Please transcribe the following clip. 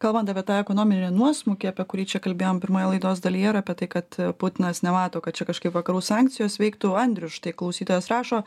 kalbant apie tą ekonominį nuosmukį apie kurį čia kalbėjom pirmoje laidos dalyje ir apie tai kad putinas nemato kad čia kažkaip vakarų sankcijos veiktų andrius štai klausytojas rašo